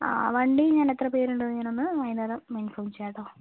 ആ വണ്ടി ഞാൻ എത്ര പേരുണ്ട് എന്ന് ഞാനൊന്ന് വൈകുന്നേരം ഇൻഫോം ചെയ്യാം കേട്ടോ